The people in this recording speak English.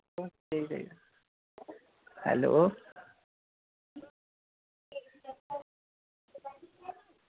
hello